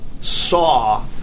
saw